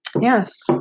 Yes